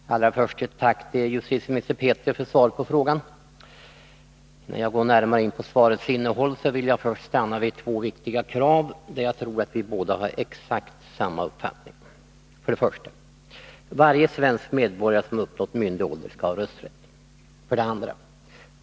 Fru talman! Allra först ett tack till justitieminister Petri för svaret på frågan. Innan jag går närmare in på svarets innehåll, vill jag först stanna vid två viktiga krav, där jag tror att vi båda har exakt samma uppfattning. 2.